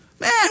Man